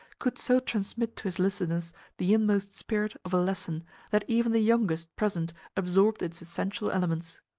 could so transmit to his listeners the inmost spirit of a lesson that even the youngest present absorbed its essential elements.